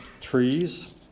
trees